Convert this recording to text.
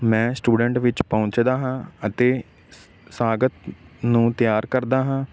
ਮੈਂ ਸਟੂਡੈਂਟ ਵਿੱਚ ਪਹੁੰਚਦਾ ਹਾਂ ਅਤੇ ਸਾਗਤ ਨੂੰ ਤਿਆਰ ਕਰਦਾ ਹਾਂ